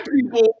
people